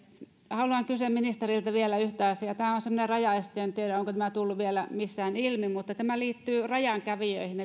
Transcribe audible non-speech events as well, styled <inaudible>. haluan kysyä ministeriltä vielä yhtä asiaa tämä on semmoinen rajaeste ja en tiedä onko tämä tullut vielä missään ilmi ja tämä liittyy rajankävijöihin <unintelligible>